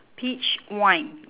peach wine